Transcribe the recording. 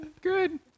Good